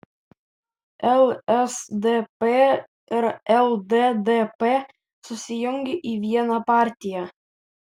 lsdp ir lddp susijungė į vieną partiją